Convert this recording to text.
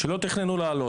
שלא תכננו לעלות?